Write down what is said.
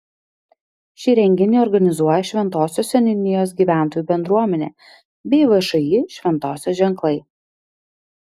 šį renginį organizuoja šventosios seniūnijos gyventojų bendruomenė bei všį šventosios ženklai